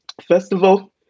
Festival